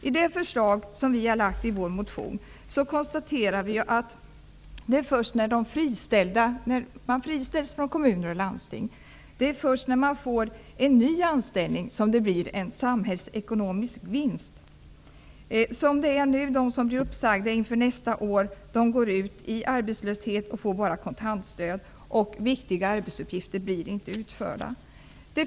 I det förslag som vi har lagt fram i vår motion konstaterar vi att det är först när de människor som friställs från kommuner och landsting får en ny anställning som det blir en samhällsekonomisk vinst. Som det nu är går de som blir uppsagda nästa år ut i arbetslöshet. De får bara kontantstöd. Viktiga arbetsuppgifter blir inte utförda.